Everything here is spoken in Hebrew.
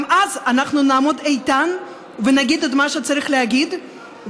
גם אז אנחנו נעמוד איתן ונגיד את מה שצריך להגיד,